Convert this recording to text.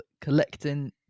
collecting